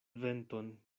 venton